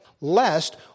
Lest